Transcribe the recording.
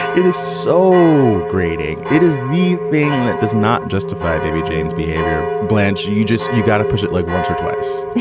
it is so grating. it is the thing that does not justify baby jane's behavior. blanche, you just you gotta push it like once or twice.